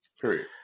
period